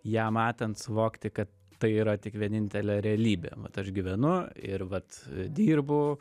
ją matant suvokti kad tai yra tik vienintelė realybė vat aš gyvenu ir vat dirbu